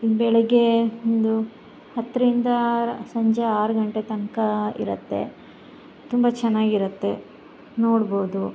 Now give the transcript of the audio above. ಬೆಳಗ್ಗೆ ಒಂದು ಹತ್ತರಿಂದ ಆರು ಸಂಜೆ ಆರು ಗಂಟೆ ತನಕ ಇರುತ್ತೆ ತುಂಬ ಚೆನ್ನಾಗಿರುತ್ತೆ ನೋಡ್ಬೋದು